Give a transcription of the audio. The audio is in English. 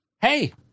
hey